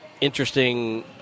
interesting